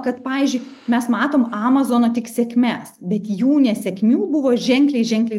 kad pavyzdžiui mes matome amazono tik sėkmes bet jų nesėkmių buvo ženkliai ženkliai